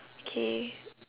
okay